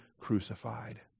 crucified